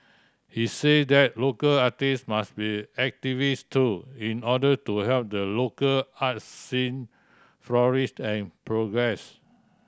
he say that local artist must be activist too in order to help the local art scene flourish and progress